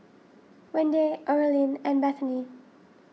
Wende Earline and Bethany